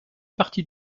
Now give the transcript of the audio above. partie